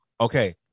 Okay